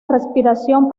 respiración